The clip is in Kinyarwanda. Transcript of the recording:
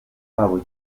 babo